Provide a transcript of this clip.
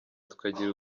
tukagira